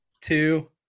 Two